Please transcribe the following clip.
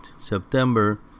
September